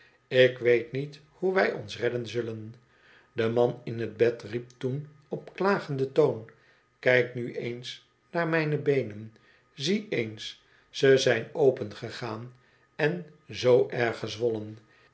ik weet niet hoe wij ons redden zullen de man in het bed riep toen op magenden toon kijk nu eens naar mijne beenen zie eens ze zijn opengegaan en zoo erg